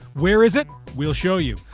where is it? we'll show you.